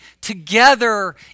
together